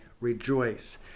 rejoice